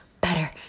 better